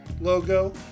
logo